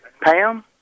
Pam